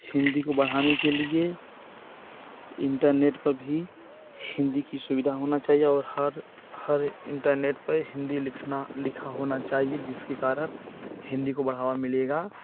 हिन्दी को बढ़ाने के लिए इंटरनेट पर भी हिन्दी की सुविधा होना चाहिए और हर हर इंटरनेट पर हिन्दी लिखना लिखा होना चाहिए जिसके कारण हिन्दी को बढ़ावा मिलेगा